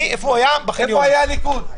בבקשה.